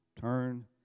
turn